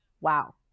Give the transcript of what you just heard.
Wow